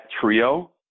trio